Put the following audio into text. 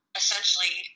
essentially